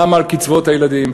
למה על קצבאות הילדים?